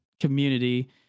community